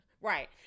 Right